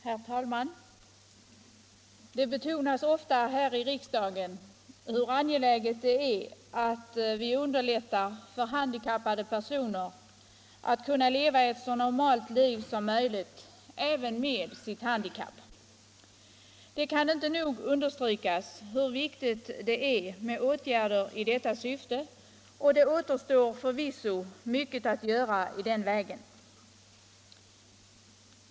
Herr talman! Det betonas ofta här i riksdagen hur angeläget det är att vi underlättar för handikappade personer att kunna leva ett så normalt liv som möjligt även med sitt handikapp. Det kan inte nog understrykas hur viktigt det är med åtgärder i detta syfte, och det återstår förvisso mycket att göra i den vägen.